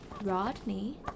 Rodney